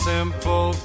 Simple